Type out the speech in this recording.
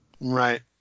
right